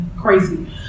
crazy